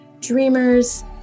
dreamers